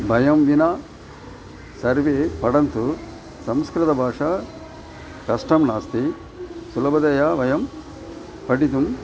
वयं विना सर्वे पठितुं संस्कृतभाषां कष्टं नास्ति सुलभतया वयं पठितुम्